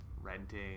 Renting